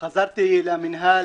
חזרתי לרשות מקרקעי ישראל.